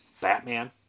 Batman